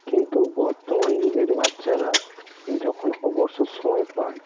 কিন্তু বর্তমান যুগের বাচ্চারা যখন অবসর সময় পায়